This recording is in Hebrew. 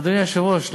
אדוני היושב-ראש,